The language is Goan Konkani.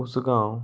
उसगांव